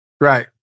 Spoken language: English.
Right